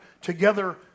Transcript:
together